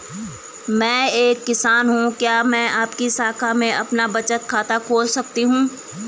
मैं एक किसान हूँ क्या मैं आपकी शाखा में अपना बचत खाता खोल सकती हूँ?